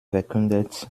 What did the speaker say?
verkündet